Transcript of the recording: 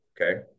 okay